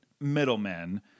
middlemen